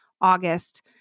August